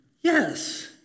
yes